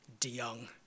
DeYoung